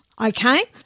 okay